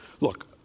Look